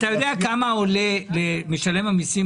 אתה יודע כמה עולה למשלם המיסים